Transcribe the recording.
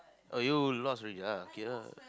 oh you lost already ah K lah